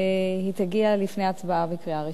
היא תגיע לפני הצבעה בקריאה ראשונה,